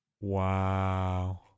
wow